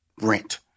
rent